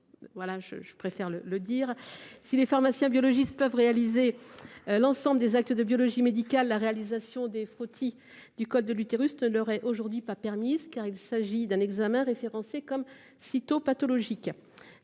Voilà je, je préfère le le dire si les pharmaciens biologistes peuvent réaliser. L'ensemble des actes de biologie médicale. La réalisation des frottis du col de l'utérus. L'heure est aujourd'hui pas permise car il s'agit d'un examen référencé comme sitôt pathologique